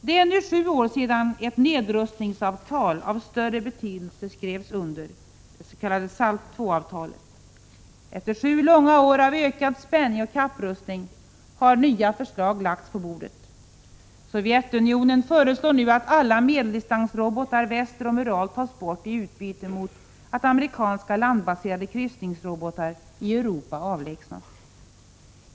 Det är nu sju år sedan ett nedrustningsavtal av större betydelse skrevs under, det s.k. SALT II-avtalet. Efter sju långa år av ökad spänning och kapprustning har nya förslag lagts på bordet. Sovjetunionen föreslår nu att alla medeldistansrobotar väster om Ural tas bort i utbyte mot att amerikanska landbaserade kryssningsrobotar i Europa avlägsnas.